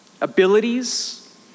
abilities